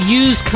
use